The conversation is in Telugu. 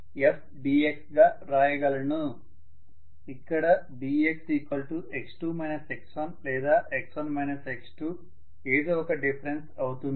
ఇక్కడ dxx2 x1లేదా x1 x2 ఏదో ఒక డిఫరెన్స్ అవుతుంది